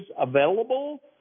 available